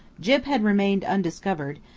gyp had remained undiscovered,